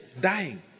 dying